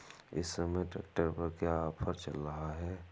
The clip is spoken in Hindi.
इस समय ट्रैक्टर पर क्या ऑफर चल रहा है?